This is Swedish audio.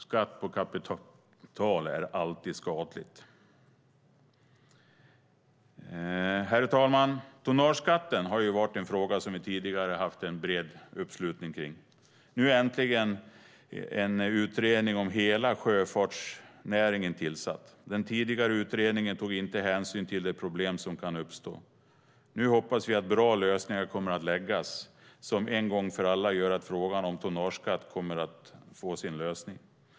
Skatt på kapital är alltid skadligt. Herr talman! Tonnageskatten har varit en fråga som vi tidigare haft en bred uppslutning kring. Nu är äntligen en utredning om hela sjöfartsnäringen tillsatt. Den tidigare utredningen tog inte hänsyn till de problem som kan uppstå. Nu hoppas vi att bra lösningar kommer att läggas fram som en gång för alla gör att frågan om tonnageskatt kommer att få sin lösning.